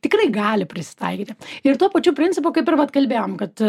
tikrai gali prisitaikyti ir tuo pačiu principu kaip ir vat kalbėjom kad